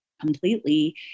completely